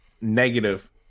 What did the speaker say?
negative